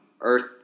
Earth